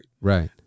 Right